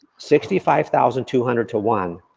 sixty five thousand two hundred to one,